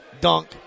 dunk